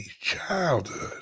childhood